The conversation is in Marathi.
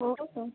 हो का